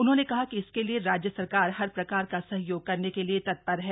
उन्होंने कहा कि इसके लिए राज्य सरकार हर प्रकार का सहयोग करने के लिए तत्पर है